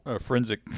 Forensic